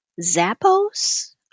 Zappos